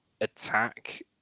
attack